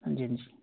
ਹਾਂਜੀ ਹਾਂਜੀ